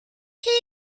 here